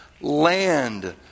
Land